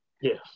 Yes